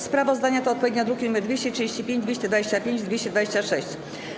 Sprawozdania to odpowiednio druki nr 235, 225 i 226.